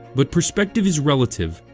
but perspective is relative,